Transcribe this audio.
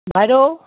বাইদেউ